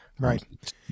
right